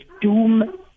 doom